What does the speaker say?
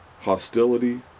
hostility